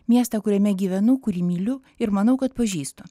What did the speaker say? miestą kuriame gyvenu kurį myliu ir manau kad pažįstu